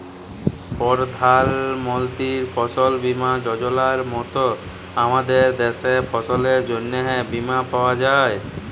পরধাল মলতির ফসল বীমা যজলার মত আমাদের দ্যাশে ফসলের জ্যনহে বীমা পাউয়া যায়